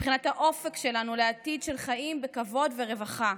מבחינת האופק שלנו לעתיד של חיים בכבוד ורווחה.